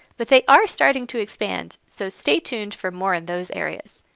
but they are starting to expand, so stay tuned for more on those areas.